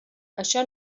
això